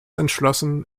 entschlossen